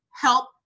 help